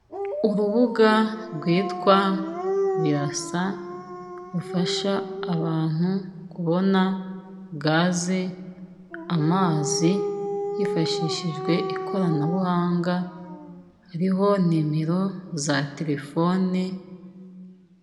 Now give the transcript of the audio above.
Urubuga rwitwa birasa, rufasha abantu kubona gaze, amazi, hifashishijwe ikoranabuhanga, hariho nimero za terefone